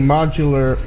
Modular